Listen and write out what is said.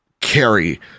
carry